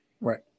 Right